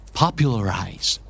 popularize